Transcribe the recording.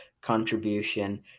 contribution